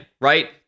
right